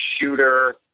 shooter